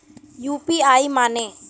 UPI माने?